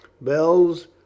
Bells